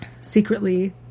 secretly